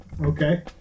Okay